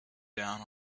down